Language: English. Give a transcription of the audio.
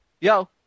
Yo